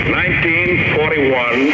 1941